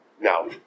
Now